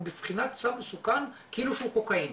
הוא בבחינת סם מסוכן כאילו שהוא קוקאין